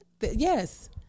Yes